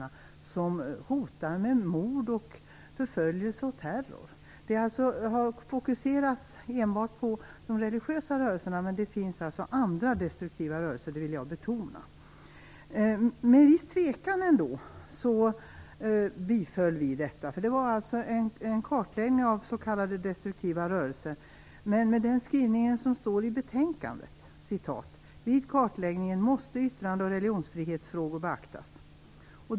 De hotar med mord, förföljelse och terror. Diskussionen har fokuserats enbart på de religiösa rörelserna, men jag vill betona att det också finns andra destruktiva rörelser. Miljöpartiet biföll denna kartläggning av destruktiva rörelser med viss tvekan. Skrivningen i betänkandet lyder: "Vid kartläggningen måste yttrande och religionsfrihetsfrågor beaktas."